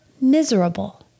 miserable